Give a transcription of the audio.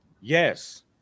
yes